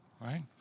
right